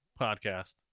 podcast